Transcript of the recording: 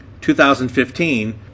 2015